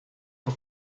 for